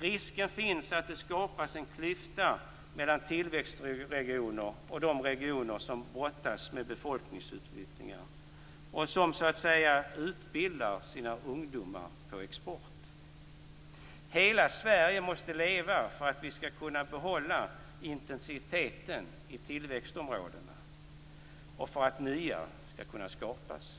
Risken finns att det skapas en klyfta mellan tillväxtregioner och de regioner som brottas med befolkningsutflyttning och som så att säga utbildar sina ungdomar för export. Hela Sverige måste leva om vi skall kunna behålla intensiteten i tillväxtområdena och för att nya sådana områden skall kunna skapas.